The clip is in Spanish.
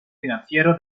financiero